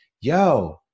yo